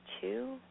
two